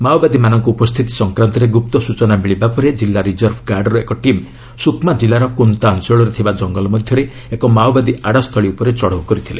ମାଓବାଦୀମାନଙ୍କ ଉପସ୍ଥିତି ସଂକ୍ରାନ୍ତରେ ଗୁପ୍ତ ସ୍ଚଳନା ମିଳିବା ପରେ କିଲ୍ଲା ରିଜର୍ଭ ଗାର୍ଡ଼ର ଏକ ଟିମ୍ ସୁକ୍ମା କିଲ୍ଲାର କୋନ୍ତା ଅଞ୍ଚଳରେ ଥିବା କଙ୍ଗଲ ମଧ୍ୟରେ ଏକ ମାଓବାଦୀ ଆଡ୍ଯାସ୍ଥଳୀ ଉପରେ ଚଢ଼ଉ କରିଥିଲେ